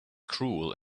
cruel